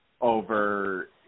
over